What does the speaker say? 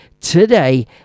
today